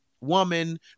woman